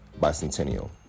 Bicentennial